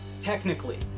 technically